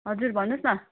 हजुर भन्नुहोस् न